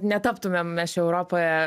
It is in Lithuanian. netaptumėm mes čia europoje